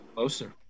Closer